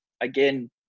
again